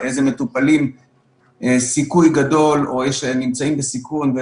איזה מטופלים סיכוי גדול או שנמצאים בסיכון.